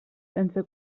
sense